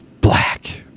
black